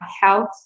health